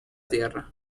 tierra